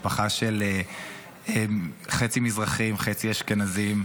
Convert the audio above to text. משפחה של חצי מזרחיים חצי אשכנזים.